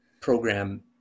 program